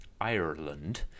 Ireland